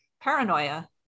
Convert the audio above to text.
paranoia